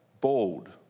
bold